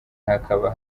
hakaba